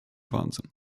wahnsinn